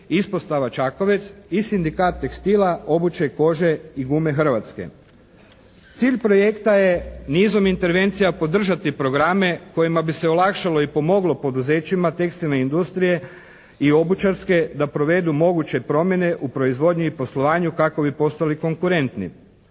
ispostava Čakovec i Sindikat tekstila, obuće, kože i gume Hrvatske. Cilj projekta je nizom intervencija održati programe kojima bi se olakšalo i pomoglo poduzećima tekstilne industrije i obućarske da provedu moguće promjene u proizvodnji i poslovanju kako bi postali konkurentni.